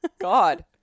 God